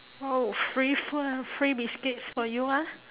oh free foo~ free biscuits for you ah